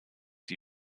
die